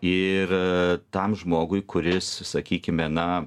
ir tam žmogui kuris sakykime na